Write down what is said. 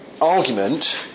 argument